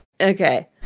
Okay